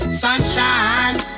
sunshine